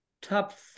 top